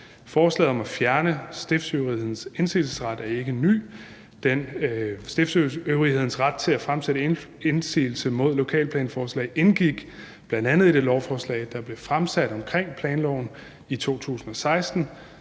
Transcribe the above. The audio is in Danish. Forslaget om at fjerne stiftsøvrighedens indsigelsesret er ikke ny. Stiftsøvrighedens ret til at fremsætte indsigelse mod lokalplansforslag indgik bl.a. i det lovforslag om planloven, der